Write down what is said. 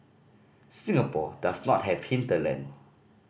Singapore does not have hinterland